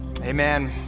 Amen